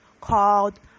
called